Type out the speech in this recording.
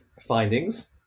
findings